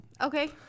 Okay